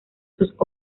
sus